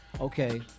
okay